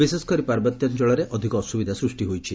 ବିଶେଷ କରି ପାର୍ବତ୍ୟାଞ୍ଚଳରେ ଅଧିକ ଅସୁବିଧା ସୃଷ୍ଟି ହୋଇଛି